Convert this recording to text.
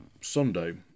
Sunday